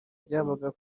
byabaga